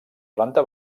planta